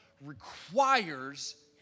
requires